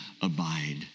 abide